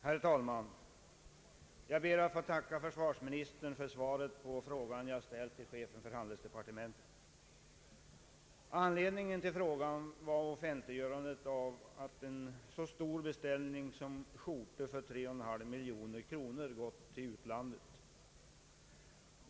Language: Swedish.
Herr talman! Jag ber att få tacka försvarsministern för svaret på den fråga jag ställt till chefen för handelsdepartementet. Anledningen till frågan var offentiigörandet att en så stor beställning som skjortor för 3,5 miljoner kronor går till utlandet.